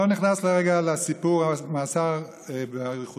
אני לא נכנס לרגע לסיפור המאסר באריכותו,